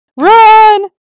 Run